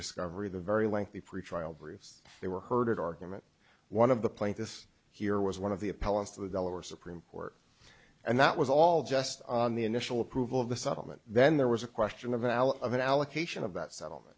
discovery the very lengthy pretrial briefs they were herded argument one of the plate this here was one of the appellant's of the delaware supreme court and that was all just on the initial approval of the settlement then there was a question of al of an allocation of that settlement